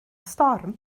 storm